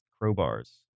crowbars